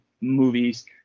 movies